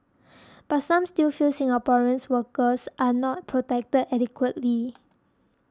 but some still feel Singaporeans workers are not protected adequately